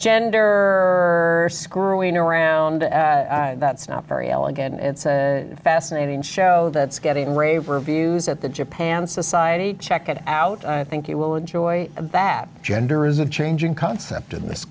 gender screwing around and that's not very elegant it's a fascinating show that's getting rave reviews at the japan society check it out i think you will enjoy that gender is a changing concept in this